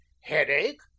Headache